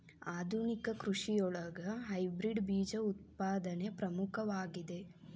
ಆಧುನಿಕ ಕೃಷಿಯೊಳಗ ಹೈಬ್ರಿಡ್ ಬೇಜ ಉತ್ಪಾದನೆ ಪ್ರಮುಖವಾಗಿದೆ